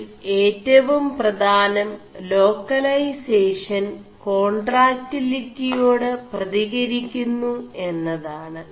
ഇതിൽ ഏവും 4പധാനം േലാ ൈലേസഷൻ േകാ4ാക്്റിലിിേയാട് 4പതികരി ുMു എMതാണ്